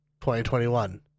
2021